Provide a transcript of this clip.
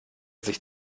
sich